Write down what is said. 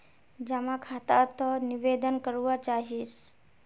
जमा खाता त निवेदन करवा चाहीस?